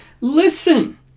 listen